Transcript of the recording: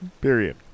period